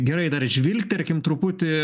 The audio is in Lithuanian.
gerai dar žvilgterkim truputį